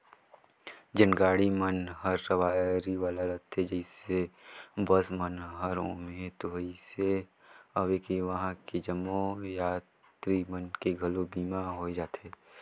जेन गाड़ी मन हर सवारी वाला रथे जइसे बस मन हर ओम्हें तो अइसे अवे कि वंहा के जम्मो यातरी मन के घलो बीमा होय जाथे